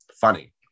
funny